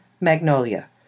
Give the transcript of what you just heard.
Magnolia